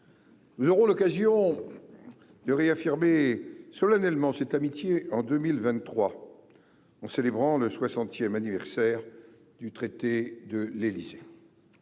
Nous aurons l'occasion de réaffirmer solennellement cette amitié en 2023 ont célébrant le 60ème anniversaire du traité de l'Élysée,